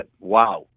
wow